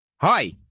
Hi